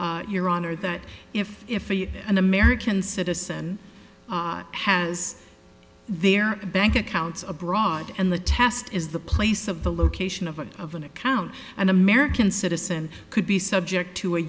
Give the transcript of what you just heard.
made your honor that if an american citizen has their bank accounts abroad and the test is the place of the location of a of an account an american citizen could be subject to a